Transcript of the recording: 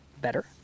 better